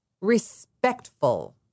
Respectful